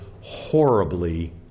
horribly